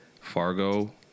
Fargo